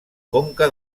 conca